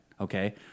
Okay